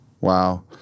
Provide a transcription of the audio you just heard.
Wow